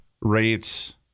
rates